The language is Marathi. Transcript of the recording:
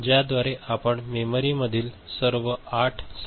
ज्याद्वारे आपण मेमरीमधील सर्व 8 संभावित ठिकाणे वापरू शकतो